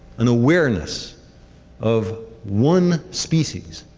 an awareness of one species,